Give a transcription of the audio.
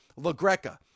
LaGreca